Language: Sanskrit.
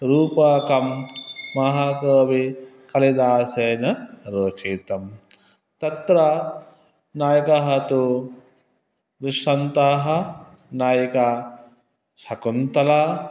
रूपकं महाकाविकालिदासेन रचितं तत्र नायकः तु दुष्यन्तः नायिका शकुन्तला